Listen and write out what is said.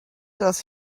does